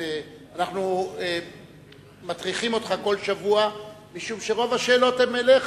אנחנו מטריחים אותך כל שבוע משום שרוב השאלות אליך,